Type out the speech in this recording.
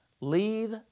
leave